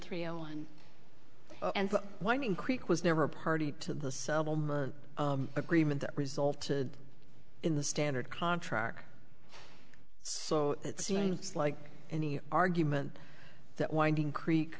one and whining creek was never a party to the selmer agreement that resulted in the standard contract so it seems like any argument that winding creek